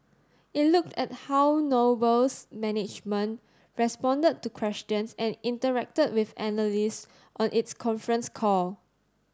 it looked at how Noble's management responded to questions and interacted with analysts on its conference call